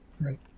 Right